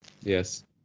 Yes